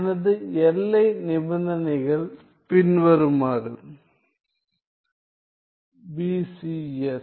எனது எல்லை நிபந்தனைகள் பின்வருமாறு B